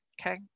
Okay